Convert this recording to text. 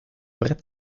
brett